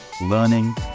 learning